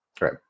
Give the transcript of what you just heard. right